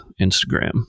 Instagram